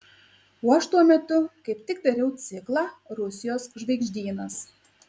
o aš tuo metu kaip tik dariau ciklą rusijos žvaigždynas